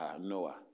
Noah